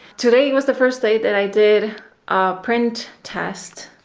today was the first day that i did a print test